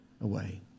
away